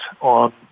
on